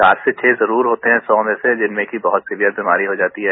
चार से छह जरूर होते हैं सौ में से जिनमें कि बहत सीवियर बीमारी हो जाती है